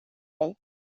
dig